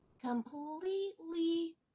Completely